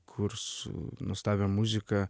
kurs nuostabią muziką